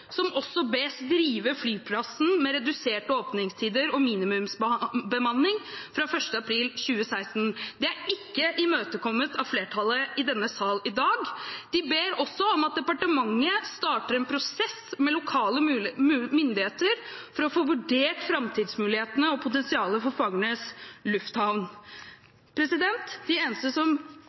som også bes drive flyplassen med reduserte åpningstider og minimumsbemanning fra 1. april 2016. Det er ikke imøtekommet av flertallet i denne sal i dag. De ber også om at departementet starter en prosess med lokale myndigheter for å få vurdert framtidsmulighetene og potensialet for Fagernes lufthamn. De eneste som